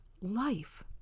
life